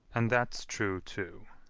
and that's true too.